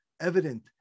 evident